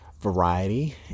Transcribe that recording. variety